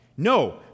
No